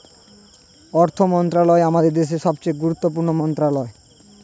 অর্থ মন্ত্রণালয় আমাদের দেশের সবচেয়ে গুরুত্বপূর্ণ মন্ত্রণালয়